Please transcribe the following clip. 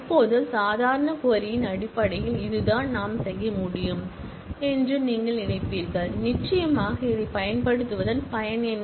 இப்போது சாதாரண க்வரி ன் அடிப்படையில் இதுதான் நாம் செய்ய முடியும் என்று நீங்கள் நினைப்பீர்கள் நிச்சயமாக இதைப் பயன்படுத்துவதன் பயன் என்ன